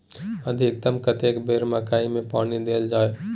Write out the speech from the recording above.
अधिकतम कतेक बेर मकई मे पानी देल जाय?